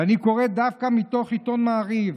ואני קורא דווקא מתוך עיתון מעריב: